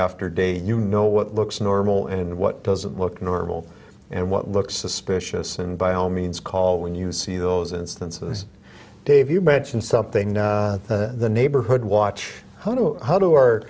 after day you know what looks normal and what doesn't look normal and what looks suspicious and by all means call when you see those instances dave you mentioned something the neighborhood watch how